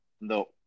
No